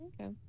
okay